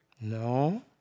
No